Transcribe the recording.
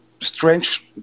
strange